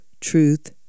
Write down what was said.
Truth